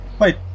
Wait